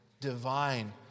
divine